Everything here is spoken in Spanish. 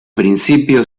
principio